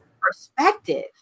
perspective